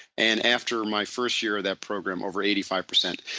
and after my first year of that program over eighty five percent,